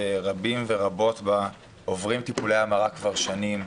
שרבים ורבות בה עוברים טיפולי המרה כבר שנים,